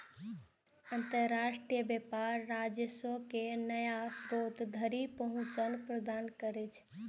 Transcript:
अंतरराष्ट्रीय व्यापार राजस्व के नया स्रोत धरि पहुंच प्रदान करै छै